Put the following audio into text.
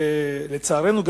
לצערנו,